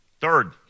Third